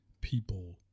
people